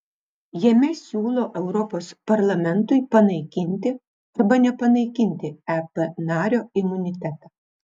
jame siūlo europos parlamentui panaikinti arba nepanaikinti ep nario imunitetą